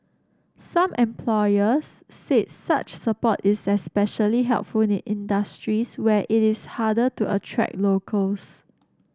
some employers said such support is especially helpful in industries where it is harder to attract locals